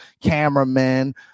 cameramen